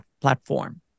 platform